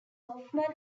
hoffman